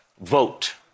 vote